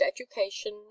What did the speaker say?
education